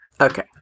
Okay